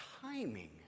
timing